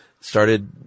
started